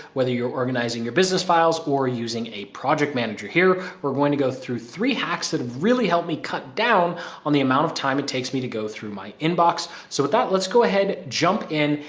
whether you're organizing your business files or using a project manager here. we're going to go through three hacks that have really helped me cut down on the amount of time it takes me to go through my inbox so with that, let's go ahead, jump in,